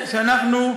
שאנחנו,